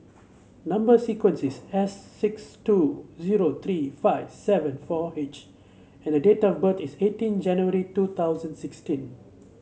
number sequence is S six two zero three five seven four H and the date of birth is eighteen January two thousand sixteen